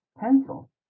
pencil